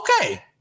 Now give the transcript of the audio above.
okay